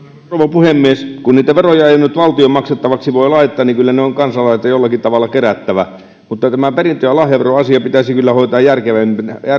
puhemies kun niitä veroja ei nyt valtion maksettavaksi voi laittaa niin kyllä ne on kansalaisilta jollakin tavalla kerättävä mutta tämä perintö ja lahjaveroasia pitäisi kyllä hoitaa järkevämmin tässä